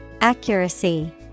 Accuracy